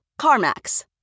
CarMax